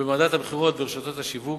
ובמדד המכירות ברשתות השיווק.